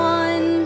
one